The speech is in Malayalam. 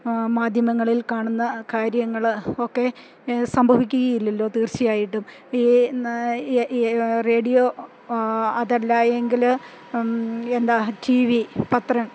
മാധ്യമങ്ങളിൽ കാണുന്ന കാര്യങ്ങള് ഒക്കെ സംഭവിക്കുകയില്ലല്ലോ തീർച്ചയായിട്ടും ഈ റേഡിയോ അതല്ലായെങ്കില് എന്താ ടി വി പത്രം